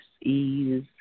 ease